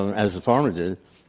as the farmer did,